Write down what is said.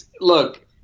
Look